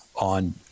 on